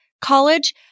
college